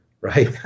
right